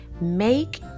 Make